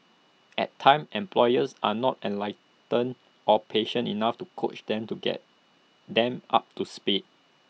at times employers are not enlightened or patient enough to coach them to get them up to speed